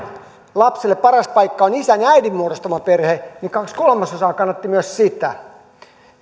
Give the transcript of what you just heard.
lapsille paras paikka on isän ja äidin muodostama perhe kaksi kolmasosaa kannatti myös sitä